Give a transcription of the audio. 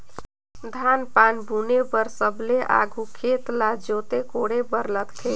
धान पान बुने बर सबले आघु खेत ल जोते कोड़े बर लगथे